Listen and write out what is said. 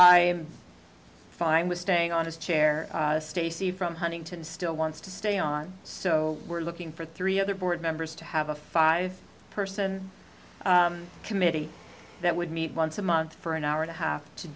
am fine with staying on his chair stacy from huntington still wants to stay on so we're looking for three other board members to have a five person committee that would meet once a month for an hour and a half to